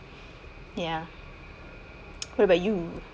ya what about you